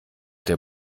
der